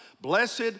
Blessed